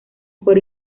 fue